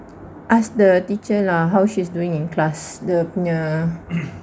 ask the teacher lah how she's doing in class dia punya